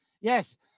Yes